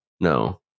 No